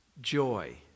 joy